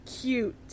cute